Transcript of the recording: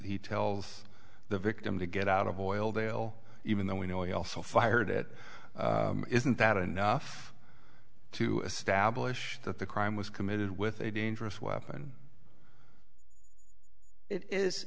he tells the victim to get out of oil they'll even though we know he also fired it isn't that enough to establish that the crime was committed with a dangerous weapon it is